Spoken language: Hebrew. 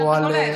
תשאל את הגולש.